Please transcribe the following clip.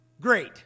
great